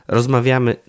Rozmawiamy